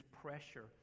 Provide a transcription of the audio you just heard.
pressure